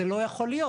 זה לא יכול להיות.